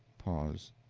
pause.